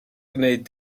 gwneud